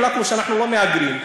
החלטנו שאנחנו לא מהגרים.